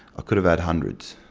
could have had hundreds.